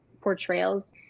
portrayals